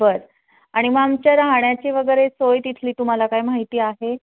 बर आणि मग आमच्या राहण्याची वगैरे सोय तिथली तुम्हाला काय माहिती आहे